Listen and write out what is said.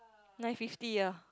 nine fifty ah